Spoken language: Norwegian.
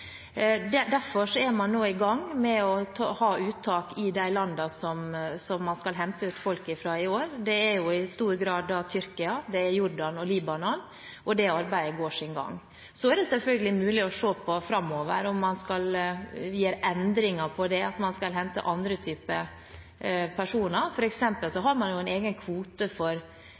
de land som man skal hente folk ifra i år, i stor grad Tyrkia, Jordan og Libanon. Det arbeidet går sin gang. Så er det selvfølgelig mulig å se på framover om man skal gjøre endring på det, om man skal hente andre typer personer, f.eks. har man en egen kvote for